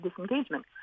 disengagement